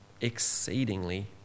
exceedingly